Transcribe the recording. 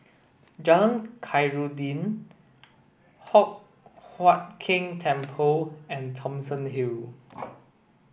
Jalan Khairuddin Hock Huat Keng Temple and Thomson Hill